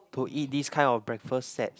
to eat this kind of breakfast set